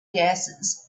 gases